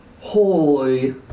Holy